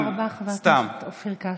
תודה רבה, חבר הכנסת אופיר כץ.